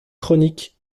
chronique